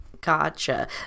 gotcha